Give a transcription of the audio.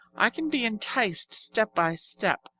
i can be enticed step by step,